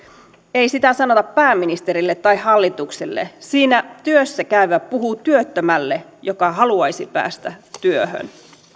ei sitä sanota pääministerille tai hallitukselle siinä työssä käyvä puhuu työttömälle joka haluaisi päästä työhön